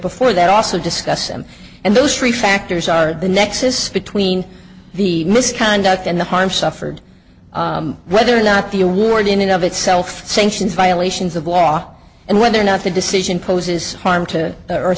before that also discuss them and those three factors are the nexus between the misconduct and the harm suffered whether or not the award in and of itself sanctions violations of law and whether or not the decision poses harm to